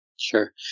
Sure